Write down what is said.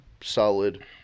solid